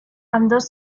ambdós